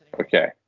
Okay